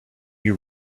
you